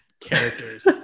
characters